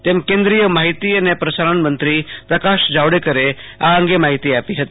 તેમ કેન્દીય માહિતી અને પ્ર સારણ મંત્રી પ્રકાશ જાવડેકરે આ અંગેની માહિતી આપી હતી